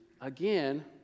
again